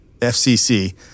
FCC